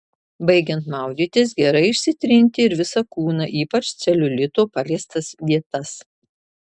baigiant maudytis gerai išsitrinti ir visą kūną ypač celiulito paliestas vietas